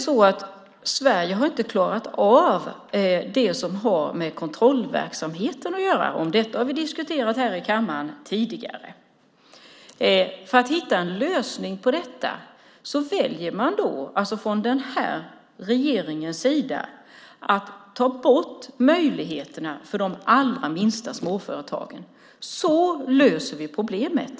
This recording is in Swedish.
Sverige har inte klarat av det som har med kontrollverksamheten att göra. Detta har vi diskuterat i kammaren tidigare. För att hitta en lösning väljer den här regeringen att ta bort möjligheterna för de allra minsta småföretagen. Så löses problemet.